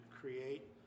create